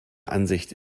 ansicht